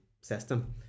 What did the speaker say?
system